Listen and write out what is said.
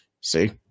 See